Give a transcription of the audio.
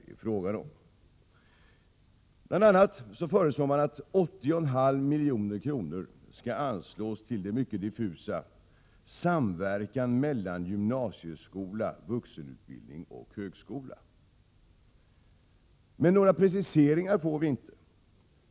Man föreslår bl.a. att 80,5 milj.kr. skall anslås till det mycket diffusa ”samverkan mellan gymnasieskola, vuxenutbildning och högskola”, men några preciseringar får vi inte.